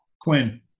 Quinn